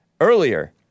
earlier